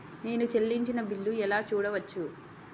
నేను చెల్లించిన బిల్లు ఎలా చూడవచ్చు?